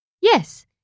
Yes